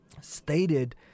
stated